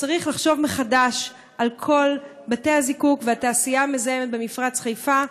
שצריך לחשוב מחדש על כל בתי-הזיקוק והתעשייה המזהמת במפרץ חיפה.